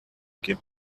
give